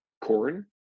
Corn